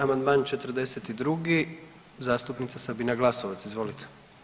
Amandman 42., zastupnica Sabina Glasovac, izvolite.